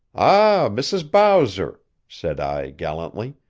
ah, mrs. bowser, said i gallantly,